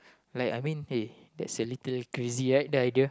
like I mean hey that's a little crazy right that idea